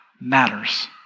matters